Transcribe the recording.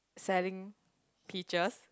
selling peaches